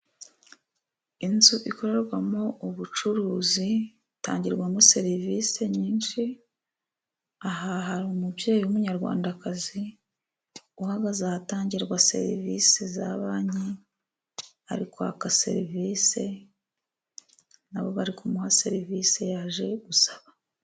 Inzu ikorerwamo ubucuruzi itangirwamo serivisi nyinshi, aha hari umubyeyi w'umunyarwandakazi uhagaze ahatangirwa serivisi za banki, ari kwaka serivise nabo bari kumuha serivisi yaje gusaba.